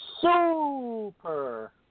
super